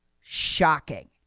shocking